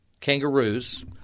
Kangaroos